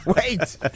Wait